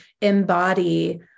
embody